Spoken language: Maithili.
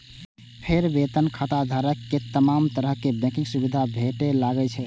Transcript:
फेर वेतन खाताधारक कें तमाम तरहक बैंकिंग सुविधा भेटय लागै छै